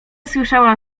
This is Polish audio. słyszałam